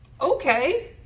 okay